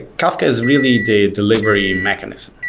kafka is really the delivery mechanism,